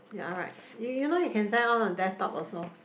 yea alright you know you can send all on a desktop also